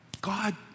God